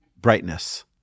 brightness